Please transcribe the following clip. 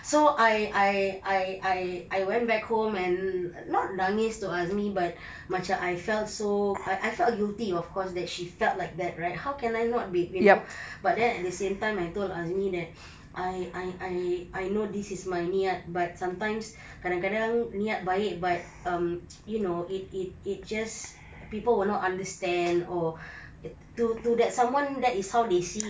so I I I I I went back home and not nangis to azmi but macam I felt so I felt guilty of course that she felt like that right how can I not babe you know but then at the same time I told azmi that I I I I know this is my niat but sometimes kadang-kadang niat baik but um you know it it just people will not understand or to to that someone it's how they see it